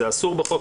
כיום זה אסור בחוק?